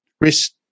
risk